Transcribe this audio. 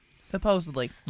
Supposedly